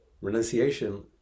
Renunciation